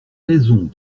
raisons